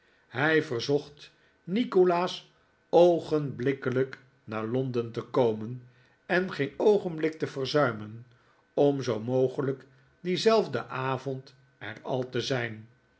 hij verzocht nikolaas oogenblikkelijk naar londen te komen en geen oogenblik te verzuimen om zoo mogelijk dienzelfden avond er al te zijn